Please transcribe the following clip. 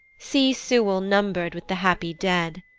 see sewell number'd with the happy dead.